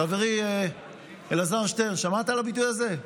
חברי אלעזר שטרן, שמעת על הביטוי הזה?